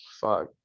fuck